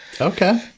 Okay